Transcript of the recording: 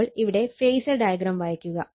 അപ്പോൾ ഇവിടെ phasor diagram വരയ്ക്കുക